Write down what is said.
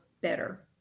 better